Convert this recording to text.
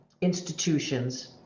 institutions